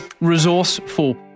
resourceful